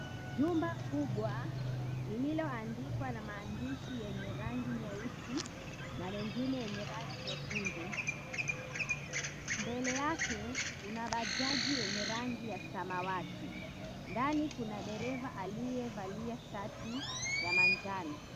Jumba kubwa, lililoandikwa na maandishi yenye rangi nyeusi na mengine yenye rangi nyekundu. Mbele yake, kuna bajaji yenye rangi ya samawati. Ndani kuna dereva aliyevalia shati ya manjano.